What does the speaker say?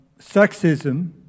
sexism